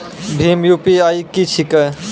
भीम UPI की छीके?